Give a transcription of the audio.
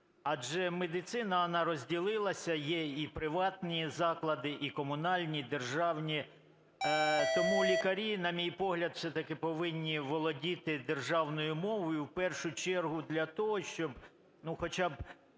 Адже медицина вона розділилася. Є і приватні заклади, і комунальні, і державні. Тому лікарі, на мій погляд, все-таки повинні володіти державною мовою, у першу чергу для того, щоб, ну, хоча б